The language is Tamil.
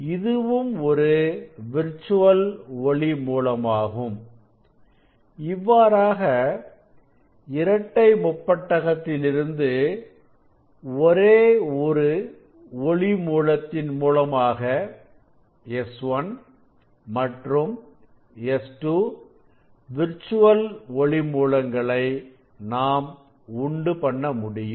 இதுவும் ஒரு விர்சுவல் ஒளி மூலமாகும் இவ்வாறாக இரட்டை முப்பட்டகத்தில் இருந்து ஒரே ஒரு ஒளி மூலத்தின் மூலமாக S1 மற்றும் S2 விர்சுவல் ஒளி மூலங்களை நாம் உண்டுபண்ண முடியும்